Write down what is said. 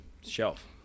shelf